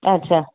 અચ્છા